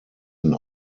den